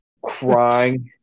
crying